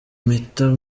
impeta